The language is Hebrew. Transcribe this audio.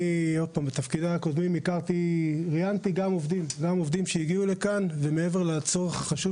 בתפקידיי הקודמים ראיינתי עובדים שהגיעו לכאן; מעבר לצורך החשוב